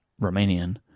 romanian